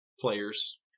players